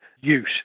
use